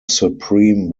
supreme